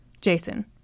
Jason